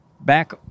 back